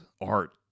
art